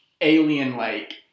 alien-like